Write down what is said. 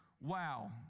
wow